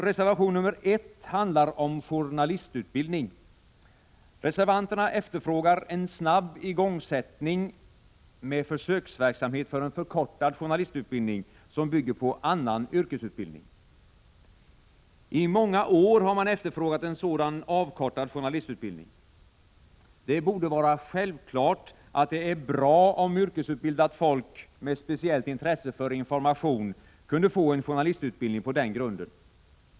Reservation nr 1 handlar om journalistutbildning. Reservanterna efterfrågar en snabb igångsättning med försöksverksamhet för en förkortad journalistutbildning, som bygger på annan yrkesutbildning. I många år har man efterfrågat en sådan avkortad journalistutbildning. Det borde vara självklart att det är bra om yrkesutbildat folk med speciellt intresse för information kunde få en journalistutbildning på den grunden.